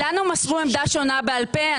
לנו מסרו עמדה שונה בעל פה.